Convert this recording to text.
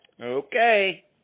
Okay